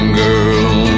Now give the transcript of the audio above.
girl